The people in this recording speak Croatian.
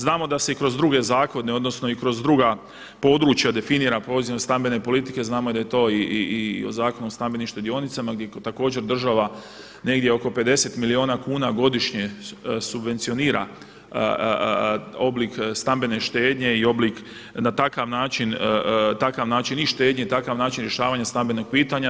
Znamo da se i kroz druge zakone odnosno i kroz druga područja definira polazim od stambene politike, znamo da je to i o Zakonu o stambenim štedionicama gdje također država negdje oko 50 milijuna kuna godišnje subvencionira oblik stambene štednje i oblik, na takav način, takav način i štednje, takav način rješavanja stambenog pitanja.